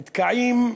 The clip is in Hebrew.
נתקעים,